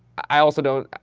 i also don't,